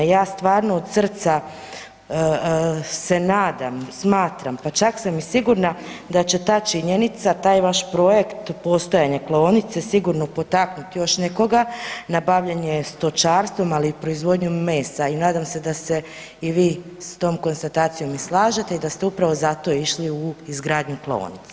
Ja stvarno od srca se nadam, smatram pa čak sam i sigurna da će ta činjenica taj vaš projekt postojanja klaonice sigurno potaknuti još nekoga na bavljenje stočarstvom ali i proizvodnjom mesa i nadam se da se i vi s tom konstatacijom i slažete i da ste upravo zato išli u izgradnju klaonice.